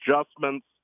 adjustments